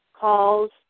calls